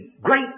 great